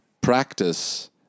practice